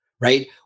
right